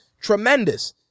tremendous